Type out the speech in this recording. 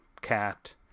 cat